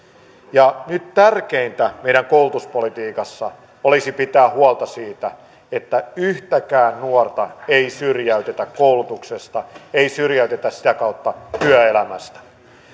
ja nyt tärkeintä meidän koulutuspolitiikassa olisi pitää huolta siitä että yhtäkään nuorta ei syrjäytetä koulutuksesta ei syrjäytetä sitä kautta työelämästä